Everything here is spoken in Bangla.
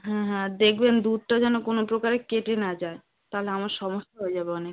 হ্যাঁ হ্যাঁ আর দেখবেন দুধটা যেন কোনও প্রকারে কেটে না যায় তাহলে আমার সমস্যা হয়ে যাবে অনেক